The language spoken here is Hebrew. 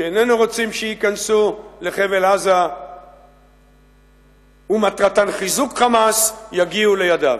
שאיננו רוצים שייכנסו לחבל-עזה ומטרתן חיזוק "חמאס" יגיעו לידיו.